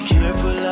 careful